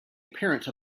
appearance